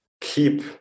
keep